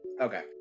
Okay